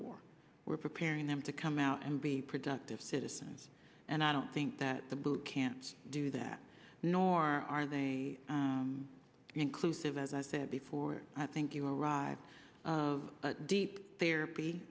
war we're preparing them to come out and be productive citizens and i don't think that the boot can't do that nor are they inclusive as i said before i think you arrive of deep therapy